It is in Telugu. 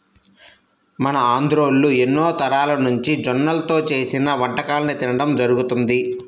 మన ఆంధ్రోల్లు ఎన్నో తరాలనుంచి జొన్నల్తో చేసిన వంటకాలను తినడం జరుగతంది